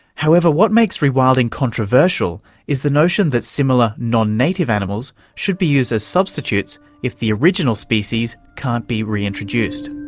however, what makes rewilding controversial is the notion that similar non-native animals should be used as substitutes if the original species can't be reintroduced.